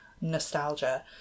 nostalgia